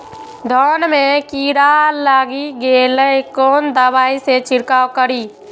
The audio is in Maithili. धान में कीरा लाग गेलेय कोन दवाई से छीरकाउ करी?